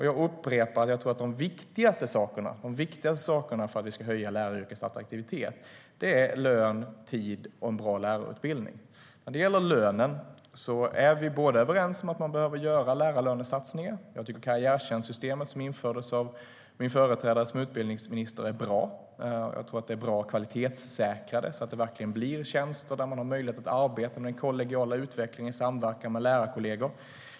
Jag upprepar att jag tror att de viktigaste sakerna för att höja läraryrkets attraktivitet är lön, tid och en bra lärarutbildning. När det gäller lönen är vi överens om att man behöver göra lärarlönesatsningar, och jag tycker att karriärtjänstsystemet som infördes av min företrädare som utbildningsminister är bra. Jag tror att det är bra att kvalitetssäkra det, så att det verkligen blir en tjänst där man har möjlighet att arbeta med den kollegiala utvecklingen i samverkan med lärarkolleger.